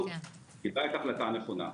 קיבלה את ההחלטה הנכונה.